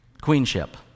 queenship